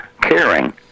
caring